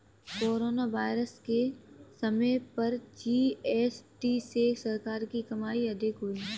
corona virus के समय पर जी.एस.टी से सरकार की कमाई अधिक हुई